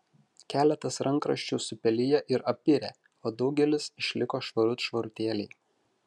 keletas rankraščių supeliję ir apirę o daugelis išliko švarut švarutėliai